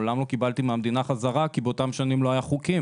מעולם לא קיבלתי בחזרה מהמדינה כי באותן שנים לא היו חוקים.